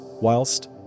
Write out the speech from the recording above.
Whilst